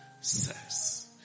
says